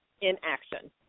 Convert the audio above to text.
inaction